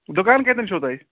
دُکان کَتٮ۪ن چھُ تۄہہِ